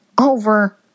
over